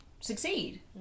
succeed